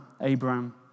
Abraham